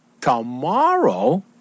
tomorrow